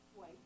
Wait